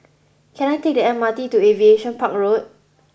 can I take the M R T to Aviation Park Road